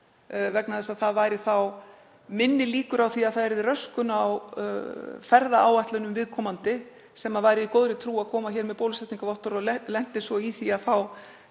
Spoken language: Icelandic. vegna þess að þá væru minni líkur á því að röskun yrði á ferðaáætlunum viðkomandi sem væri í góðri trú að koma hér með bólusetningarvottorð og lenti svo í því að fá